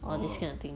orh